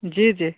जी जी